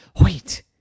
Wait